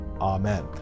amen